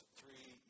three